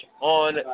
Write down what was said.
on